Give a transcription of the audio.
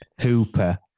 Hooper